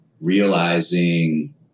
Realizing